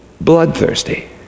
bloodthirsty